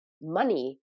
money